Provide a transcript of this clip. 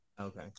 Okay